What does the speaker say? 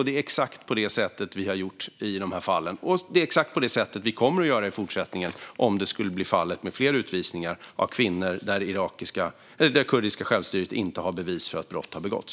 Det är exakt på det sättet vi har gjort i de här fallen, och det är exakt på det sättet vi kommer att göra i fortsättningen om det skulle bli fler utvisningar av kvinnor i fall där det kurdiska självstyret inte har bevis för att brott har begåtts.